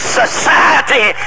society